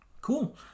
cool